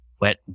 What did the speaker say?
wet